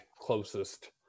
closest